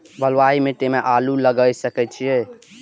बलवाही मिट्टी में आलू लागय सके छीये?